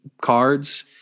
cards